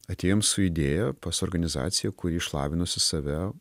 atėjom su idėja pas organizaciją kuri išlavinusi save